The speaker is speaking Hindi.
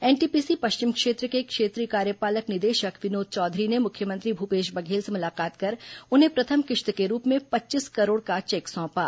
एनटीपीसी पश्चिम क्षेत्र के क्षेत्रीय कार्यपालक निदेशक विनोद चौधरी ने मुख्यमंत्री भूपेश बघेल से मुलाकात कर उन्हें प्रथम किश्त के रूप में पच्चीस करोड़ का चेक सौंपा